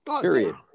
Period